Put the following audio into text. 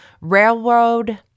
Railroad